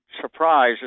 surprise